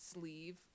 sleeve